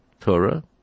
Torah